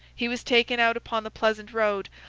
he was taken out upon the pleasant road,